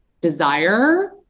desire